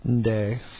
Day